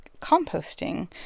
composting